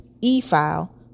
e-file